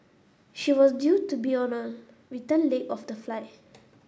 she was due to be on a return leg of the flight